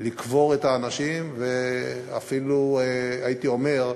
לקבור את האנשים, ואפילו הייתי אומר: